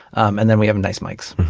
and then we have nice mikes.